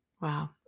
Wow